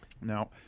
Now